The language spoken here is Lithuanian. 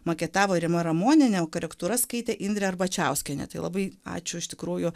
maketavo rima ramonienė o korektūras skaitė indrė arbačiauskienė tai labai ačiū iš tikrųjų